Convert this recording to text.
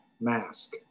Mask